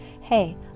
Hey